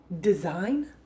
design